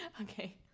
Okay